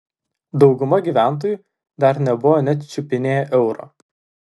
dauguma gyventojų dar nebuvo net čiupinėję euro